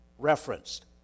Referenced